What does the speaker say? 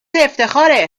افتخاره